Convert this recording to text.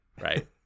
Right